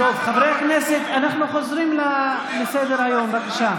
חברי הכנסת, אנחנו חוזרים לסדר-היום, בבקשה.